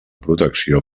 protecció